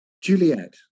Juliet